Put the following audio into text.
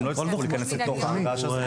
הם לא יצטרכו להיכנס לתוך המגרש.